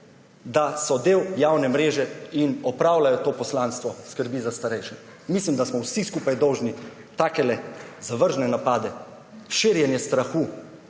da so del javne mreže in opravljajo to poslanstvo skrbi za starejše. Mislim, da smo vsi skupaj dolžni take zavržne napade, širjenje strahu